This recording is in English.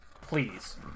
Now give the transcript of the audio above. please